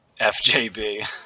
FJB